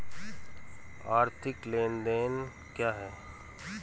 आर्थिक लेनदेन क्या है?